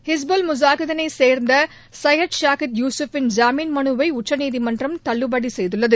ஹிஸ்புல் முஜாகிதினை சேர்ந்த சையத் சாஹிப் யூசிப்பின் ஜாமீன் மனுவை உச்சநீதிமன்றம் தள்ளுபடி செய்துள்ளது